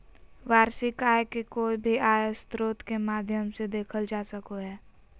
वार्षिक आय के कोय भी आय स्रोत के माध्यम से देखल जा सको हय